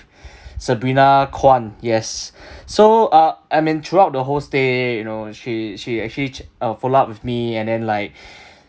sabrina kwan yes so uh I mean throughout the whole stay you know she she actually ch~ uh follow up with me and then like